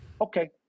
Okay